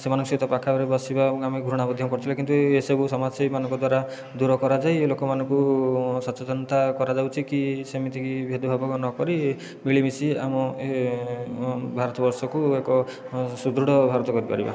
ସେମାନଙ୍କ ସହିତ ପାଖାପାଖି ବସିବା ଆମେ ଘୃଣା ମଧ୍ୟ କରୁଥିଲୁ କିନ୍ତୁ ଏସବୁ ସମାଜସେବୀମାନଙ୍କ ଦ୍ୱାରା ଦୂର କରାଯାଇ ଲୋକମାନଙ୍କୁ ସଚେତନତା କରାଯାଉଛି କି ସେମିତିକି ଭେଦଭାବ ନକରି ମିଳିମିଶି ଆମ ଭାରତବର୍ଷକୁ ଏକ ସୁଦୃଢ଼ ଭାରତ କରିପାରିବା